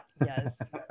yes